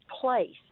place